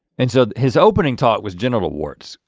and so his opening talk was genital warts.